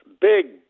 big